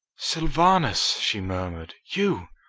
sylvanus! she murmured. you!